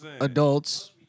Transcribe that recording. adults